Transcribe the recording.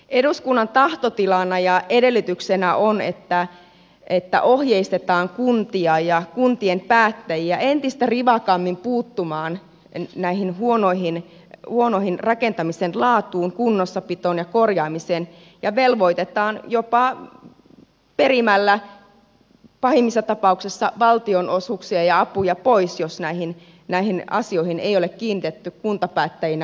eduskunnan tahtotilana ja edellytyksenä on että ohjeistetaan kuntia ja kuntien päättäjiä entistä rivakammin puuttumaan huonoon rakentamisen laatuun kunnossapitoon ja korjaamiseen ja velvoitetaan jopa perimällä pahimmissa tapauksissa valtionosuuksia ja apuja pois jos näihin asioihin ei ole kiinnitetty kuntapäättäjinä huomiota